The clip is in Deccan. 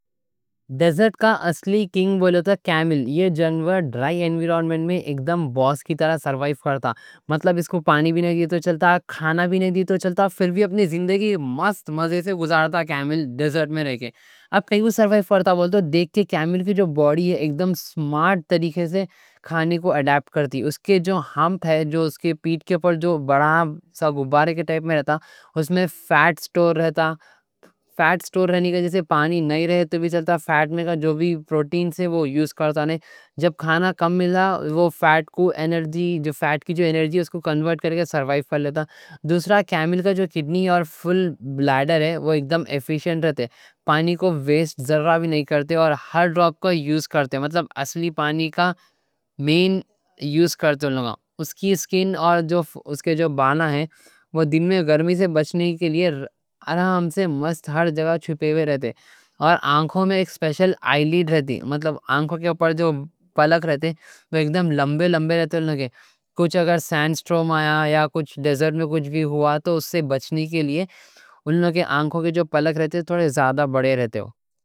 ڈیزرٹ کا اصلی کنگ بولتا ہے کیمل یہ جانور ڈرائی انویرونمنٹ میں اکدم باس کی طرح سروائیو کرتا ہے۔ مطلب اس کو پانی بھی نہیں دیے تو چلتا، کھانا بھی نہیں دیے تو چلتا، پھر بھی اپنی زندگی مست مزے سے گزارتا ہے کیمل ڈیزرٹ میں رہ کے۔ اب کیوں وہ سروائیو کرتا بولتا؟ دیکھ کے کیمل کی جو باڈی ہے، اکدم سمارٹ طریقے سے کھانے کو اڈاپٹ کرتی۔ اس کے جو ہمپ ہے، جو اس کے پیٹ کے پر بڑا سا غبارے کے ٹائپ میں رہتا، اس میں فیٹ اسٹور رہتا۔ فیٹ اسٹور رہنے کا، جیسے پانی نہیں رہے تو بھی چلتا۔ فیٹ میں کا جو بھی پروٹین سے وہ یوز کرتا نہیں۔ جب کھانا کم ملا، وہ فیٹ کو انرجی جو فیٹ کی جو انرجی ہے اس کو کنورٹ کر کے سروائیو کر لیتا ہے۔ دوسرا کیمل کا جو کڈنی اور فل بلاڈر ہے، وہ اکدم ایفیشنٹ رہتے، پانی کو ویسٹ ذرہ بھی نہیں کرتے اور ہر ڈراپ کو یوز کرتے۔ مطلب اصلی پانی کا مین یوز کرتے ان لوگاں۔ اس کی سکن اور اس کے جو بانا ہیں، وہ دن میں گرمی سے بچنے کے لیے آرام سے مست ہر جگہ چھپے بھی رہتے۔ اور آنکھوں میں ایک سپیشل آئی لیڈ رہتی ہے۔ مطلب آنکھوں کے اوپر جو پلک رہتے وہ اکدم لمبے لمبے رہتے ان لوگے۔ کچھ اگر سینڈ اسٹارم آیا یا کچھ ڈیزرٹ میں کچھ بھی ہوا تو اس سے بچنے کے لیے ان لوگے آنکھوں کے جو پلک رہتے، تھوڑے زیادہ بڑے رہتے ہوں۔